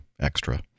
extra